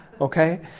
okay